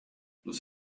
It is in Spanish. los